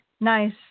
Nice